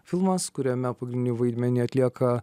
filmas kuriame pagrindinį vaidmenį atlieka